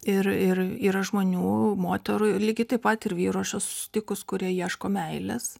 ir ir yra žmonių moterų ir lygiai taip pat ir vyrų aš esu sitikus kurie ieško meilės